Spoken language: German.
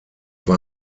war